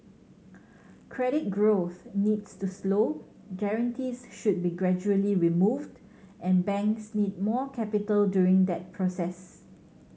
credit growth needs to slow guarantees should be gradually removed and banks need more capital during that process